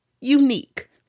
unique